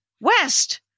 West